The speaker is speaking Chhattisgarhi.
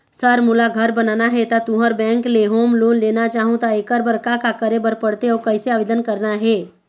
सर मोला घर बनाना हे ता तुंहर बैंक ले होम लोन लेना चाहूँ ता एकर बर का का करे बर पड़थे अउ कइसे आवेदन करना हे?